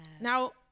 Now